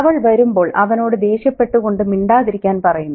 അവൾ വരുമ്പോൾ അവനോട് ദേഷ്യപ്പെട്ടുകൊണ്ട് മിണ്ടാതിരിക്കാൻ പറയുന്നു